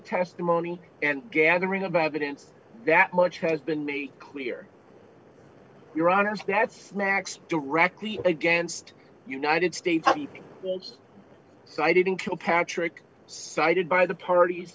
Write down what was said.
testimony and gathering about evidence that much has been made clear your honor that's max directly against united states so i didn't kill patrick cited by the parties